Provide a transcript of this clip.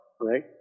right